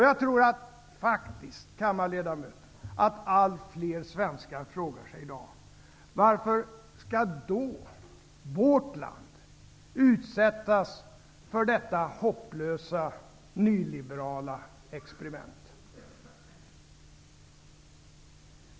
Jag tror att allt fler svenskar frågar sig: Varför skall då vårt land utsättas för detta hopplösa, nyliberala experiment?